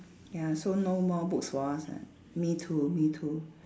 ya so no more books for us ah me too me too